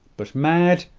but mad,